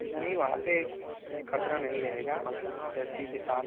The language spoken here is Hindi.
नहीं वहाँ पर खतरा नहीं रहेगा सेफ्टी के साथ